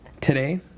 Today